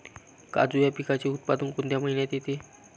काजू या पिकाचे उत्पादन कोणत्या महिन्यात येते?